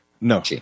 No